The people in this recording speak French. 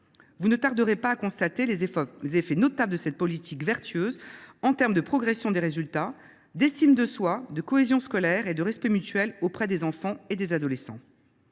Vous ne tarderez pas à constater les effets notables de cette politique vertueuse en termes de progression des résultats, d’estime de soi, de cohésion scolaire et de respect mutuel auprès des enfants et adolescents.